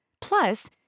Plus